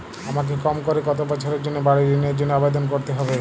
আমাকে কম করে কতো বছরের জন্য বাড়ীর ঋণের জন্য আবেদন করতে হবে?